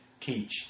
Keach